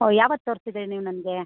ಓಹ್ ಯಾವತ್ತು ತೋರಿಸಿದ್ರಿ ನೀವು ನನಗೆ